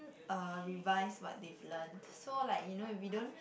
uh revise what they've learnt so like you know if you don't